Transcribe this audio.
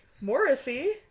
Morrissey